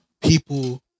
people